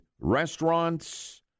restaurants